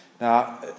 Now